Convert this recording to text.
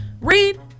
read